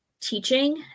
teaching